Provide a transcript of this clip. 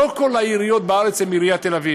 לא כל העיריות בארץ הן עיריית תל-אביב.